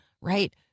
right